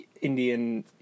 Indian